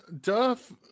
Duff